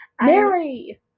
Mary